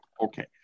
Okay